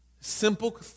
Simple